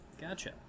gotcha